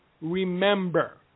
remember